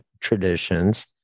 traditions